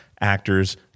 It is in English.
actors